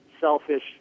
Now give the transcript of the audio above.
selfish